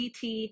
CT